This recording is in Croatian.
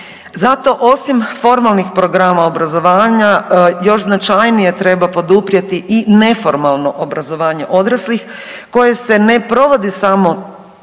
Zato osim formalnih programa obrazovanja još značajnije treba poduprijeti i neformalno obrazovanje odraslih koje se ne provodi samo